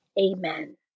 Amen